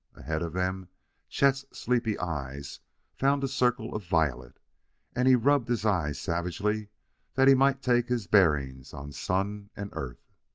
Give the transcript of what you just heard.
ahead of them chet's sleepy eyes found a circle of violet and he rubbed his eyes savagely that he might take his bearings on sun and earth.